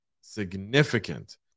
significant